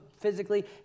physically